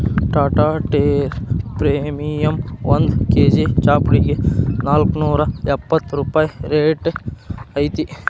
Tata tea premium ಒಂದ್ K G ಚಾಪುಡಿಗೆ ನಾಲ್ಕ್ನೂರಾ ಎಪ್ಪತ್ ರೂಪಾಯಿ ರೈಟ್ ಐತಿ